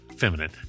feminine